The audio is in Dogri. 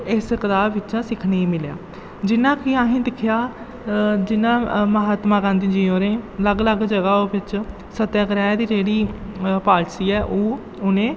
इस कताब बिच्चा सिक्खने गी मिलेआ जि'यां कि असें दिक्खेआ जि'यां म्हात्मा गांधी जी होरें अलग अलग ज'गा बिच्च सत्याग्रह दे जेह्ड़ी पालसी ऐ ओह् उ'नें